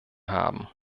haben